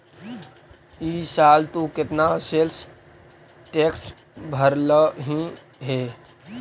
ई साल तु केतना सेल्स टैक्स भरलहिं हे